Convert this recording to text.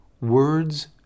words